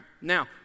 Now